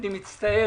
אני מצטער